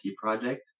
project